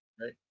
Right